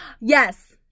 Yes